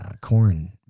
Corn